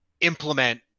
implement